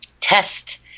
test